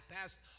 passed